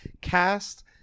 cast